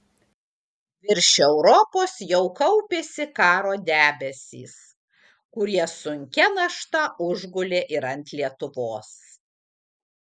virš europos jau kaupėsi karo debesys kurie sunkia našta užgulė ir ant lietuvos